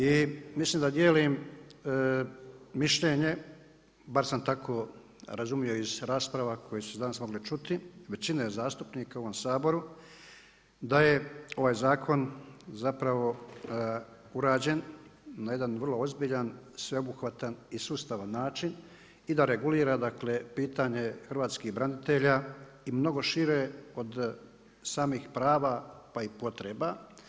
I mislim da dijelim mišljenje, bar sam tako razumio iz rasprava koje su se danas mogle čuti, većine zastupnika u ovom Saboru da je ovaj zakon zapravo urađen na jedan vrlo ozbiljan, sveobuhvatan i sustavan način i da regulira, dakle pitanje hrvatskih branitelja i mnogo šire od samih prava, pa i potreba.